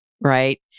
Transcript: right